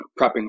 prepping